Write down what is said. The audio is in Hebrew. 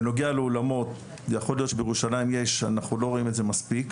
בנוגע לאולמות יכול להיות שבירושלים יש אנחנו לא רואים את זה מספיק.